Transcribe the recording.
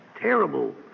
terrible